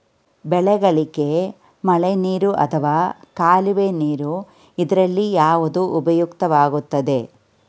ಬೆಳೆಗಳಿಗೆ ಮಳೆನೀರು ಅಥವಾ ಕಾಲುವೆ ನೀರು ಇದರಲ್ಲಿ ಯಾವುದು ಉಪಯುಕ್ತವಾಗುತ್ತದೆ?